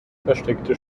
versteckte